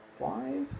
five